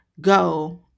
go